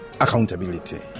accountability